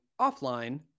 offline